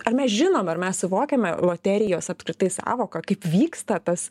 ar mes žinom ar mes suvokiame loterijos apskritai sąvoką kaip vyksta tas